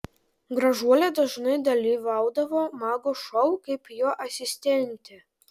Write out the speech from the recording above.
gražuolė dažnai dalyvaudavo mago šou kaip jo asistentė